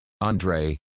Andre